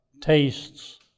tastes